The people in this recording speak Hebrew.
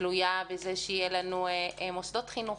תלויה בזה שיהיו לנו מוסדות חינוך,